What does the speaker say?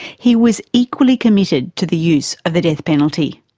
he was equally committed to the use of the death penalty.